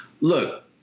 look